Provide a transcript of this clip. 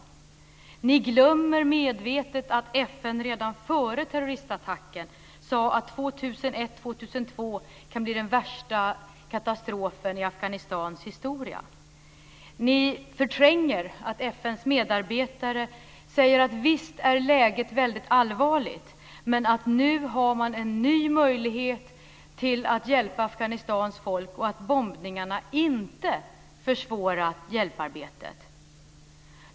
Medvetet glömmer ni att FN redan före terroristattacken sade att det 2001-2002 kan bli värsta katastrofen i Afghanistans historia. Ni förtränger att FN:s medarbetare säger att visst är läget väldigt allvarligt men att man nu har en ny möjlighet att hjälpa Afghanistans folk och att bombningarna inte försvårat hjälparbetet.